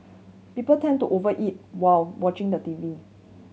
people tend to over eat while watching the T V